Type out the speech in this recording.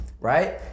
right